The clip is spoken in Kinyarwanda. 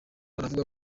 aravuga